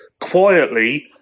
quietly